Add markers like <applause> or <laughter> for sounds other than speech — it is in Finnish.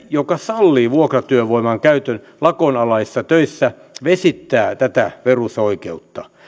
<unintelligible> joka sallii vuokratyövoiman käytön lakon alaisissa töissä vesittää tätä perusoikeutta